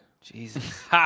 Jesus